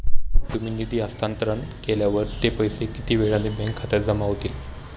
तुम्ही निधी हस्तांतरण केल्यावर ते पैसे किती वेळाने बँक खात्यात जमा होतील?